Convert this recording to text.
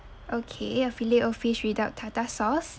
okay a fillet O fish without tartar sauce